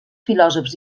filòsofs